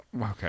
okay